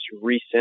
recent